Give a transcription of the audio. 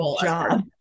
job